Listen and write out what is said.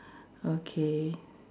okay